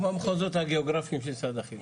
כמו המחוזות הגיאוגרפיים של משרד החינוך.